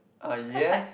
cause like